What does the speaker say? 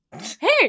Hey